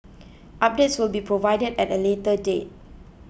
updates will be provided at a later date